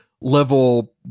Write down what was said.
level